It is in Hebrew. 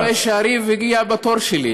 אני רואה שהריב הגיע בתור שלי,